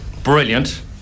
brilliant